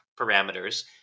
parameters